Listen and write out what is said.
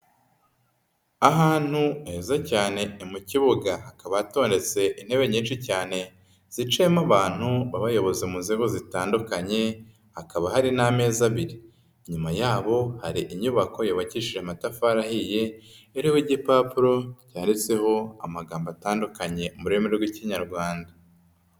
Ahantu heza cyane ni mu kibuga hakaba hatondetse intebe nyinshi cyane zicayemo abantu b'abayobozi mu nzego zitandukanye hakaba hari n'amezi abiri, inyuma yabo hari inyubako yubakishije amatafari ahiye ariho igipapuro cyanditseho amagambo atandukanye mu rurimi rw'Ikinyarwanda.